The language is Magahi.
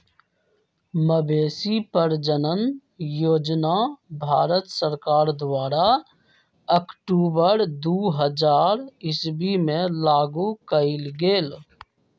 मवेशी प्रजजन योजना भारत सरकार द्वारा अक्टूबर दू हज़ार ईश्वी में लागू कएल गेल